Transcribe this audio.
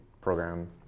program